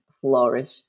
flourish